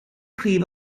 prif